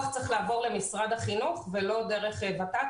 צריך לעבור למשרד החינוך ולא דרך ות"ת.